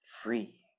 free